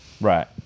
Right